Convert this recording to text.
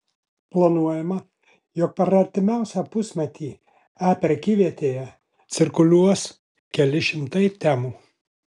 planuojama jog per artimiausią pusmetį e prekyvietėje cirkuliuos keli šimtai temų